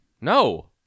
No